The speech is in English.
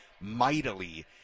mightily